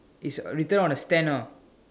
it's written on a stand ah